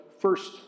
first